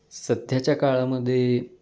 सध्याच्या काळामध्ये